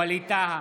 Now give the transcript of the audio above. ווליד טאהא,